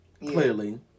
clearly